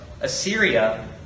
Assyria